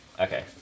okay